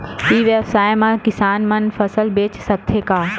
ई व्यवसाय म किसान मन फसल बेच सकथे का?